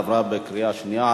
עברה בקריאה שנייה.